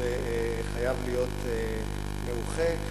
שחייב להיות מאוחה,